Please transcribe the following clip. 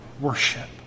worship